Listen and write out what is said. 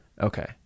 okay